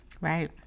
Right